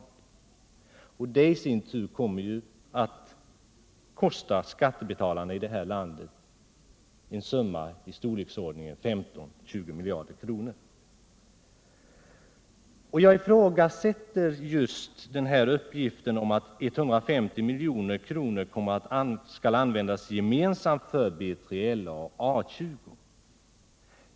Detta kommer i sin tur att kosta skattebetalarna i det här landet en summa i storleksordningen 15-20 miljarder kronor. Jag ifrågasätter dock uppgiften om att 150 milj.kr. skall användas gemensamt för BLA och A 20.